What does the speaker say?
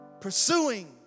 Pursuing